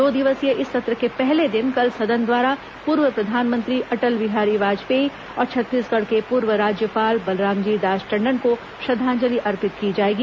दो दिवसीय इस सत्र के पहले दिन कल सदन द्वारा पूर्व प्रधानमंत्री अटल बिहारी वाजपेयी और छत्तीसगढ़ के पूर्व राज्यपाल बलरामजी दास टंडन को श्रद्धांजलि अर्पित की जाएगी